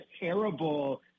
terrible